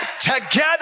Together